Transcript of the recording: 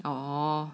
orh